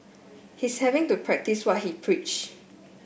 he's having to practice what he preach